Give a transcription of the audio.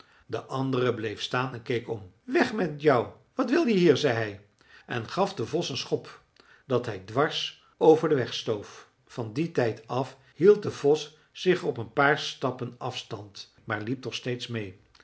de andere bleef staan en keek om weg met jou wat wil je hier zei hij en gaf den vos een schop dat hij dwars over den weg stoof van dien tijd af hield de vos zich op een paar stappen afstand maar liep toch steeds meê